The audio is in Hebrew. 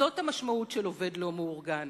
זאת המשמעות של עובד לא מאורגן.